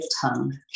tongue